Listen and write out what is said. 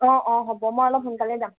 অঁ অঁ হ'ব মই অলপ সোনকালেই যাম